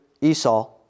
Esau